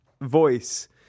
voice